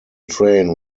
train